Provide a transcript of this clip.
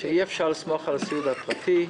שאי-אפשר לסמוך על הסיעוד הפרטי.